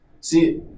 See